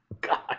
God